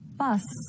bus